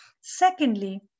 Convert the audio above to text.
Secondly